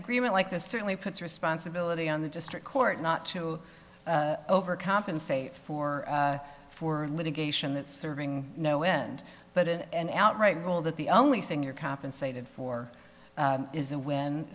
agreement like this certainly puts responsibility on the district court not to overcompensate for for litigation it's serving no end but and outright rule that the only thing you're compensated for is a win